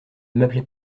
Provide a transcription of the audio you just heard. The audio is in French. m’appelez